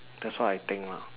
that's what I think lah